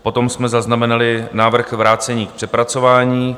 Potom jsme zaznamenali návrh vrácení k přepracování.